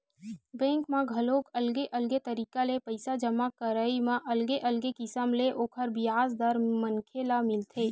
bank म घलो अलगे अलगे तरिका ले पइसा जमा करई म अलगे अलगे किसम ले ओखर बियाज दर मनखे ल मिलथे